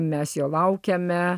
mes jo laukiame